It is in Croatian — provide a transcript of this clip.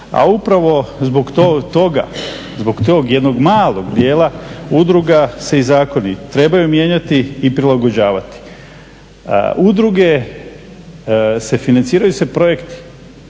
A upravo zbog tog jednog malog dijela udruga se i zakoni trebaju mijenjati i prilagođavati. Udruge financiraju se projekti